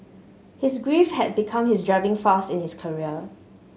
his grief had become his driving force in his career